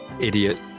idiot